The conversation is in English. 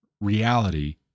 reality